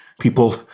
people